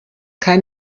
kein